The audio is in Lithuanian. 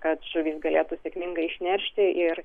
kad žuvys galėtų sėkmingai išneršti ir